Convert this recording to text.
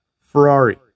Ferrari